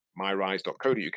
Myrise.co.uk